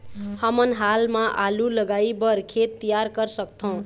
हमन हाल मा आलू लगाइ बर खेत तियार कर सकथों?